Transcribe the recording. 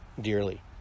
dearly